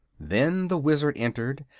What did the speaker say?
then the wizard entered,